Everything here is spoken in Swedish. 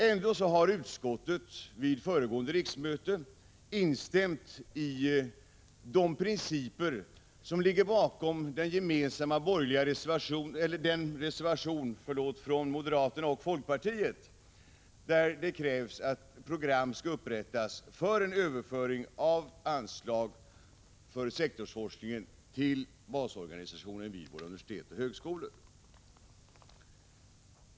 Ändå har utskottet vid föregående riksmöte instämt i de principer som ligger bakom den reservation från moderaterna och folkpartiet där det krävs att program skall upprättas för en överföring av anslag för sektorsforskningen till basorganisationen vid våra universitet och högskolor.